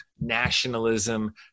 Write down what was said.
nationalism